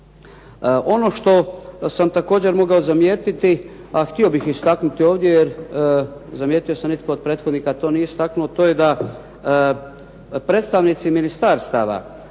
Ono što sam također mogao zamijetiti, a htio bih istaknuti ovdje jer zamijetio sam nitko od prethodnika to nije istaknuo to je da predstavnici ministarstava